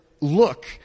look